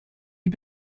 die